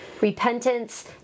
repentance